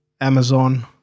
Amazon